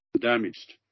damaged